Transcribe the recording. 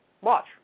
Watch